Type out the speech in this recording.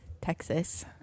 Texas